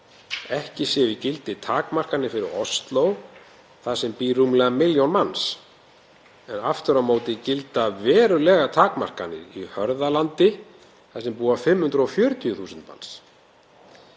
Ekki séu í gildi takmarkanir fyrir Ósló þar sem býr rúmlega milljón manns. Aftur á móti gilda verulegar takmarkanir í Hörðalandi þar sem búa 540.000 manns.